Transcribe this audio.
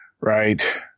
right